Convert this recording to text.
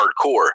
hardcore